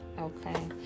Okay